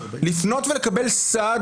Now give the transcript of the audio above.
לפנות ולקבל סעד